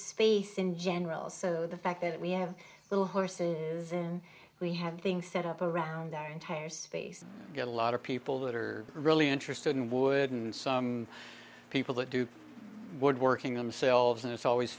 space in general so the fact that we have the horses we have things set up around the entire space get a lot of people that are really interested in wooden some people that do woodworking themselves and it's always